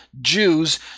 Jews